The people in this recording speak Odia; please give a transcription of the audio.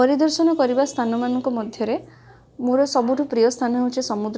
ରାମାୟଣ ବହି ମୁଁ ପଢ଼ିଥିଲି ରାମାୟଣରେ